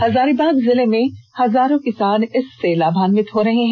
हजारीबाग जिले में हजारों किसान इससे लाभान्वित हो रहे हैं